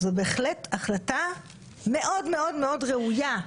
זו בהחלט החלטה מאוד מאוד מאוד ראויה.